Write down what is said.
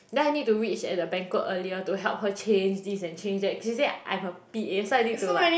then I need to reach at the banquet earlier to help her change this and change that she say I'm her p_a so I need to like